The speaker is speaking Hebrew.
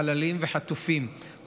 לחללים ולחטופים,